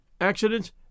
accidents